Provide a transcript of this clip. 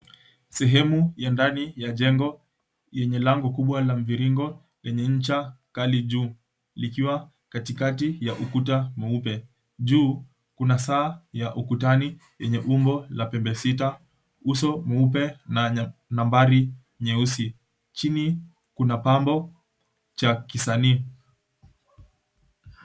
Sehemu ya ndani ya jengo yenye lango kubwa la mviringo lenye ncha kali juu, likiwa katikati ya ukuta mweupe. Juu kuna saa ya ukutani yenye umbo la pembe sita, uso mweupe na nambari nyeusi. Chini kuna pambo cha kisanii.